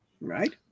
Right